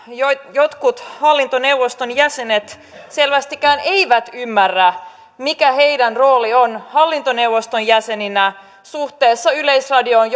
jotkut hallintoneuvoston jäsenet selvästikään eivät ymmärrä mikä heidän roolinsa on hallintoneuvoston jäseninä suhteessa yleisradion